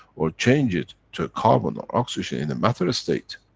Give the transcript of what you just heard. or change it to a carbon or oxygen in a matter-state.